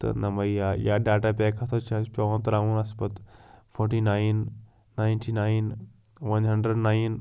تہٕ نۄمے یا یا ڈاٹا پیک ہَسا چھُ اسہِ پیٚوان ترٛاوُن اسہِ پَتہٕ forty nine ninety nine one hundred nine